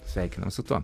sveikinu su tuo